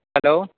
hello